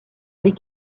les